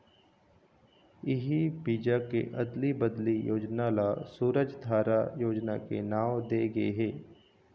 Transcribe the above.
इही बीजा के अदली बदली योजना ल सूरजधारा योजना के नांव दे गे हे